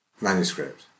manuscript